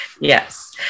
Yes